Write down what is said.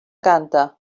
canta